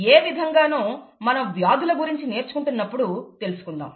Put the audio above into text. ఏ విధంగానో మనం వ్యాధుల గురించి నేర్చుకుంటున్నప్పుడు తెలుసుకుందాం